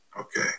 Okay